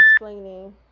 explaining